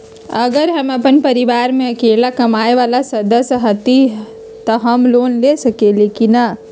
अगर हम अपन परिवार में अकेला कमाये वाला सदस्य हती त हम लोन ले सकेली की न?